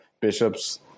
bishops